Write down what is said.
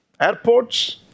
Airports